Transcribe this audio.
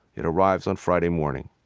it arrives on friday morning.